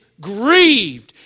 grieved